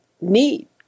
need